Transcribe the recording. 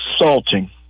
insulting